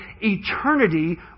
eternity